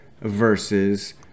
versus